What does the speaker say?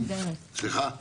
סליחה,